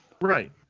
Right